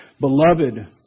Beloved